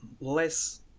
less